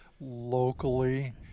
locally